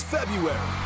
February